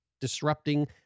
disrupting